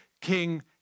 King